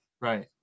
right